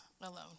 alone